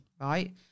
right